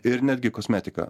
ir netgi kosmetika